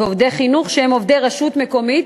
ועובדי חינוך שהם עובדי רשות מקומית,